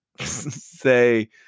say